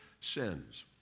sins